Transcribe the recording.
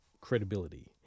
credibility